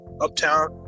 Uptown